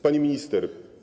Pani Minister!